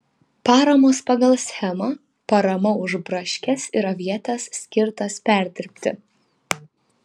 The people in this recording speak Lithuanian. paramos pagal schemą parama už braškes ir avietes skirtas perdirbti